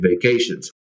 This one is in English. vacations